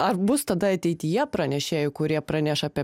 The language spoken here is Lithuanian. ar bus tada ateityje pranešėjų kurie praneša apie